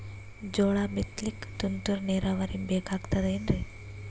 ಜೋಳ ಬಿತಲಿಕ ತುಂತುರ ನೀರಾವರಿ ಬೇಕಾಗತದ ಏನ್ರೀ?